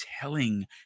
telling